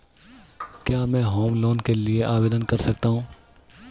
क्या मैं home loan के लिए आवेदन कर सकता हूं?